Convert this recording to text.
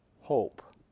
hope